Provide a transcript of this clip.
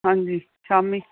ਹਾਂਜੀ ਸ਼ਾਮੀ